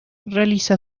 realiza